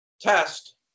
test